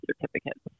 certificates